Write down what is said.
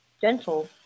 gentle